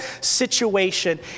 situation